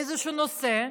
איזשהו נושא,